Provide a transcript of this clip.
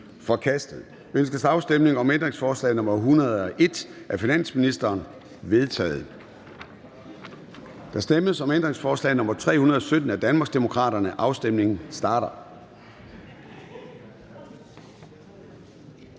forkastet. Ønskes afstemning om ændringsforslag nr. 213-218 af finansministeren? De er vedtaget. Der stemmes om ændringsforslag nr. 333 af Danmarksdemokraterne. Afstemningen starter.